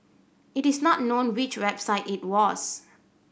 it is not known which website it was